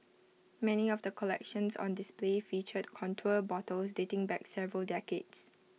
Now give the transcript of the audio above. many of the collections on display featured contour bottles dating back several decades